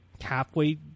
halfway